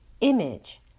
image